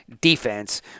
defense